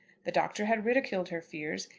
the doctor had ridiculed her fears,